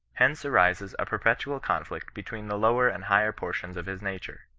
hence arises a perpetual con flict between the lower and higher portions of his nature.